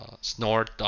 snort